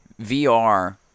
VR